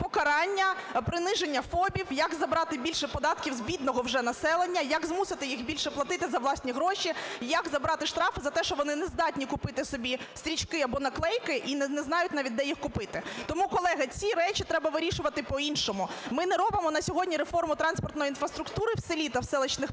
покарання, приниження ФОПів, як забрати більше податків з бідного вже населення, як змусити їх більше платити за власні гроші, як забрати штрафи за те, що вони не здатні купити собі стрічки або наклейки, і не знають навіть де їх купити. Тому, колеги, ці речі треба вирішувати по-іншому. Ми не робимо на сьогодні реформу транспортної інфраструктури в селі та в селищних пунктах.